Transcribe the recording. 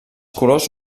colors